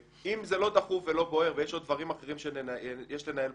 אם זה לא דחוף ולא בוער ויש עוד דברים אחרים שיש לנהל בעיר,